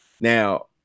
Now